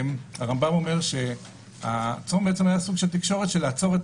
הרמב"ם אומר שהצום היה סוג של תקשורת של לעצור את